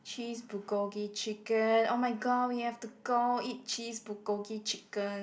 cheese bulgogi chicken oh-my-god we have to go eat cheese bulgogi chicken